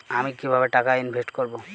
আমি কিভাবে টাকা ইনভেস্ট করব?